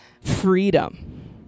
freedom